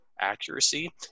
accuracy